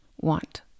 want